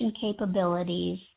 capabilities